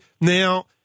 now